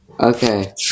Okay